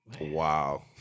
Wow